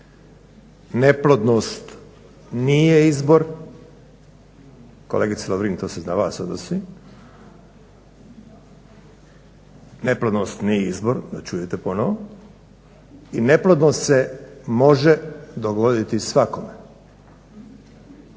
neplodnost nije izbor, kolegice Lovrin to se na vas odnosi, neplodnost nije izbor da čujete ponovno i neplodnost se može dogoditi svakome.